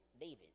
David